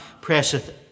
presseth